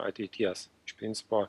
ateities iš principo